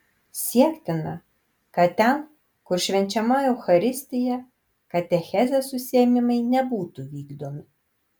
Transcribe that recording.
siektina kad ten kur švenčiama eucharistija katechezės užsiėmimai nebūtų vykdomi